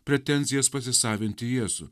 pretenzijas pasisavinti jėzų